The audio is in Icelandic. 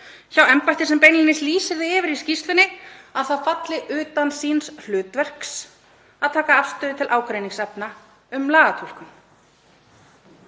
hjá embætti sem beinlínis lýsir því yfir í skýrslunni að það falli utan síns hlutverks að taka afstöðu til ágreiningsefna um lagatúlkun.